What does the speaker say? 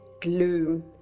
gloom